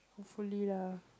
hopefully lah